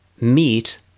meet